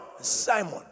Simon